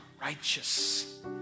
righteous